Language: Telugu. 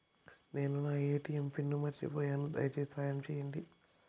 నేను నా ఎ.టి.ఎం పిన్ను మర్చిపోయాను, దయచేసి సహాయం చేయండి